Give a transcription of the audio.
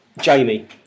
Jamie